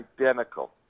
identical